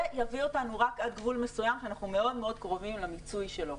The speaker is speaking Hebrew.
זה יביא אותנו רק עד גבול מסוים שאנחנו מאוד מאוד קרובים למיצוי שלו,